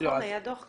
היה דוח כזה?